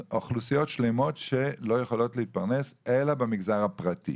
שלא יכולות להתפרנס אלא במגזר הפרטי,